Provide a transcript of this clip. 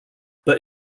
but